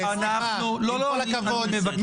עם כל הכבוד,